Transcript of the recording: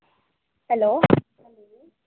hello